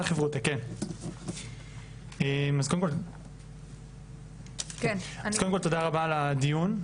אז קודם כל תודה רבה על הדיון.